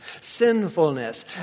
sinfulness